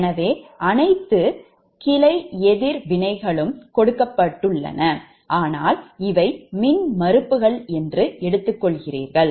எனவே அனைத்து கிளை எதிர்வினைகளும் கொடுக்கப்பட்டுள்ளன ஆனால் இவை மின்மறுப்புகள் என்று எடுத்துக்கொள்கிறீர்கள்